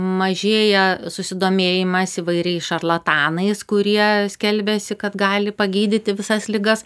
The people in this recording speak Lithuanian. mažėja susidomėjimas įvairiais šarlatanais kurie skelbiasi kad gali pagydyti visas ligas